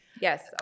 Yes